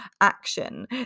action